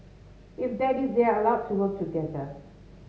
if that is they are allowed to work together